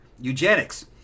eugenics